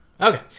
Okay